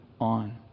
on